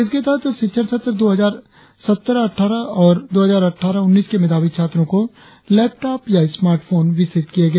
इसके तहत शिक्षण सत्र दो हजार सत्रह अट्ठारह और दो हजार अटठारह उन्नीस के मेधावी छात्रों को लैपटॉप या स्मार्ट फोन वितरित किया गया